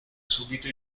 subito